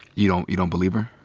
you don't you don't believe her?